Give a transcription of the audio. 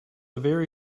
very